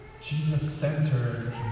Jesus-centered